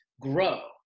grow